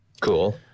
cool